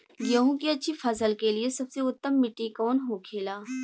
गेहूँ की अच्छी फसल के लिए सबसे उत्तम मिट्टी कौन होखे ला?